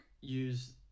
use